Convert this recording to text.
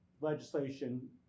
legislation